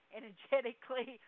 energetically